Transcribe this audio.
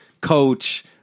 coach